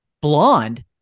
Blonde